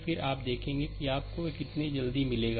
फिर आप देखें कि आपको यह कितनी जल्दी मिलेगा